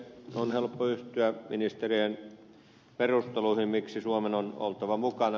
on helppo yhtyä ministerien perusteluihin miksi suomen on oltava mukana